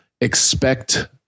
expect